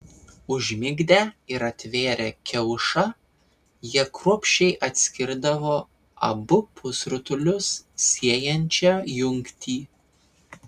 užmigdę ir atvėrę kiaušą jie kruopščiai atskirdavo abu pusrutulius siejančią jungtį